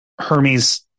Hermes